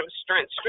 strength